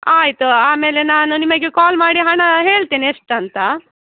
ಆಯ್ತು ಆಮೇಲೆ ನಾನು ನಿಮಗೆ ಕಾಲ್ ಮಾಡಿ ಹಣ ಹೇಳ್ತೇನೆ ಎಷ್ಟು ಅಂತೆ